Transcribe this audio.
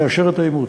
לאשר את האימוץ,